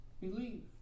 Believe